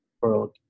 world